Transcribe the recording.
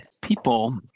people